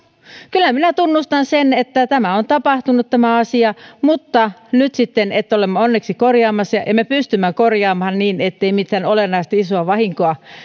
kyllä minä tunnustan sen että on tapahtunut tämä asia mutta nyt sitten olemme onneksi korjaamassa ja me pystymme korjaamaan tämän niin ettei mitään olennaista isoa vahinkoa